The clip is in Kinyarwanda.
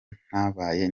ntabaye